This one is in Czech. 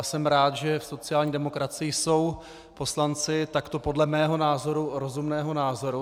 Jsem rád, že v sociální demokracii jsou poslanci podle mého názoru rozumného názoru.